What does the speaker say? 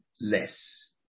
less